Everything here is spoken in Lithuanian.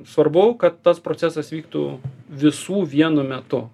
svarbu kad tas procesas vyktų visų vienu metu